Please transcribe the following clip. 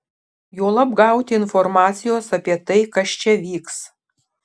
juolab gauti informacijos apie tai kas čia vyks